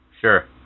sure